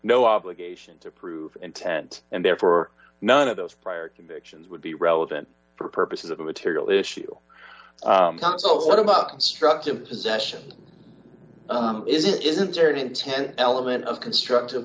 no obligation to prove intent and therefore none of those prior convictions would be relevant for purposes of a material issue so what about constructive possession is it isn't there an intent element of constructive